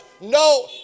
No